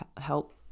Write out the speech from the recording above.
help